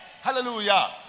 Hallelujah